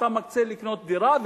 אתה מקצה לקנות דירה,